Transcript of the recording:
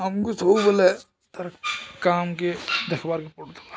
ଆମକୁ ସ ବୋଲେ ତାର କାମ୍କେ ଦେଖ୍ବାକେ ପଡ଼୍ସି